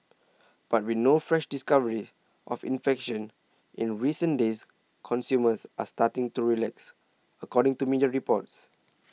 but with no fresh discoveries of infections in recent days consumers are starting to relax according to media reports